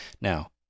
Now